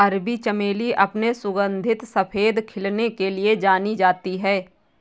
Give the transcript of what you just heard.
अरबी चमेली अपने सुगंधित सफेद खिलने के लिए जानी जाती है